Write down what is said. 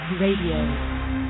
Radio